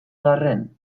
garren